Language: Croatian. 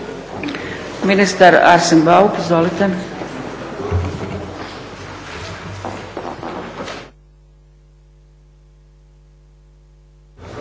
Ministar Arsen Bauk, izvolite.